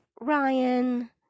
Ryan